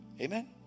Amen